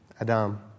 Adam